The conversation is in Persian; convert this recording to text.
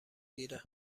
دیره